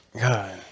god